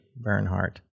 Bernhardt